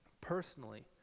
Personally